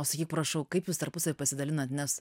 o sakyk prašau kaip jūs tarpusavy pasidalinat nes